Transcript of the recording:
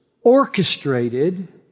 orchestrated